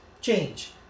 change